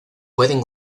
pueden